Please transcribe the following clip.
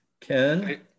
Ken